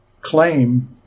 claim